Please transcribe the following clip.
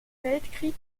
weltkrieg